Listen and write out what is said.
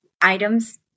items